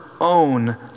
own